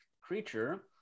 creature